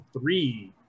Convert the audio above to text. three